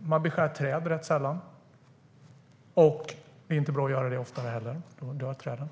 Man beskär träd rätt sällan. Det är inte bra att göra det oftare heller, för då dör träden.